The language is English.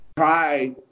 try